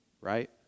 right